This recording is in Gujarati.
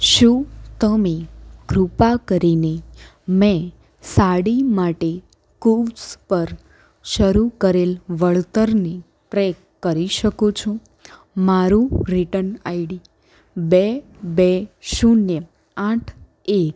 શું તમે કૃપા કરીને મેં સાડી માટે કુવ્સ પર શરૂ કરેલ વળતરને ટ્રેક કરી શકો છો મારું રિટન આઇડી બે બે શૂન્ય આઠ એક